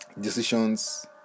decisions